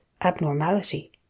abnormality